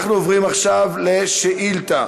אנחנו עוברים עכשיו לשאילתה